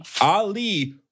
Ali